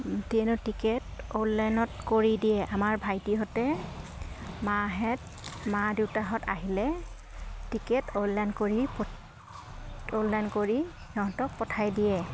ট্ৰেইনৰ টিকেট অনলাইনত কৰি দিয়ে আমাৰ ভাইটিহঁতে মাহেঁত মা দেউতাহঁত আহিলে টিকেট অনলাইন কৰি অনলাইন কৰি সিহঁতক পঠাই দিয়ে